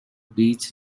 beach